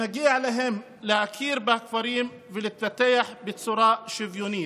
מגיעה להם הכרה בכפרים ולהתפתח בצורה שוויונית.